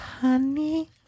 Honey